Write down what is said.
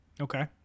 Okay